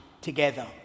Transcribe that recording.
together